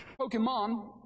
Pokemon